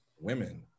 women